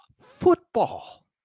football